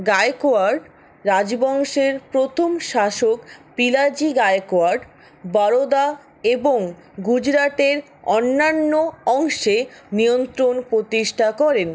গায়কওয়াড় রাজবংশের প্রথম শাসক পিলাজি গায়কওয়াড় বরোদা এবং গুজরাটের অন্যান্য অংশে নিয়ন্ত্রণ প্রতিষ্ঠা করেন